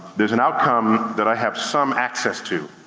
there's an outcome that i have some access to,